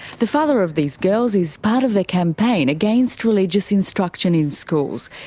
the father of these girls is part of the campaign against religious instruction in schools.